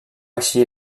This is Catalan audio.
així